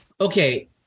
Okay